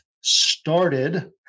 started